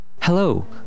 Hello